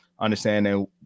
understanding